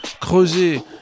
creuser